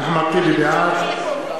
בעד.